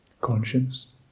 Conscience